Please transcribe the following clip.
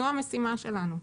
זו המשימה שלנו.